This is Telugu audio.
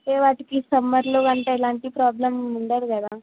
సో వాటికి సమ్మర్లో అంత ఎలాంటి ప్రాబ్లం ఉండదు కదా